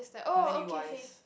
how many wives